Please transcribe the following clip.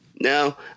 Now